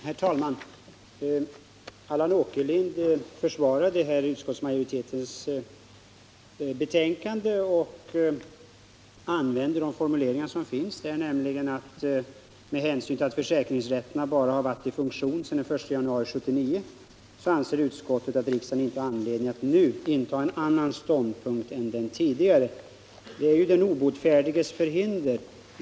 Herr talman! Allan Åkerlind försvarade här utskottsmajoritetens betänkande och använde de formuleringar som finns där, nämligen bl.a. att med hänsyn till ”att försäkringsrätterna endast har varit i funktion sedan den 1 januari 1979 anser utskottet att riksdagen inte har anledning att nu inta en annan ståndpunkt än den tidigare”. Detta är den obotfärdiges förhinder.